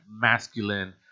masculine